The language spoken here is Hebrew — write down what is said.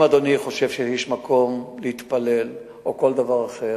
אם אדוני חושב שיש מקום להתפלל או כל דבר אחר,